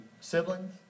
siblings